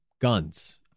guns